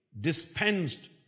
dispensed